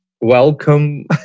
welcome